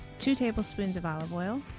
two tablespoons of olive oil.